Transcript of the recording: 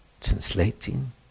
translating